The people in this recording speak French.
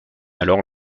alors